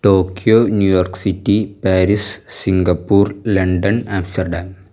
Tokyo New York city Paris Singapore London Amsterdam